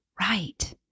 Right